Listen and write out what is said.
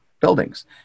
buildings